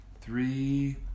three